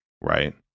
Right